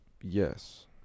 yes